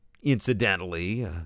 Incidentally